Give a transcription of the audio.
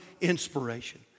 inspiration